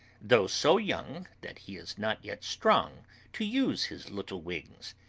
though so young that he is not yet strong to use his little wings.